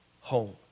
home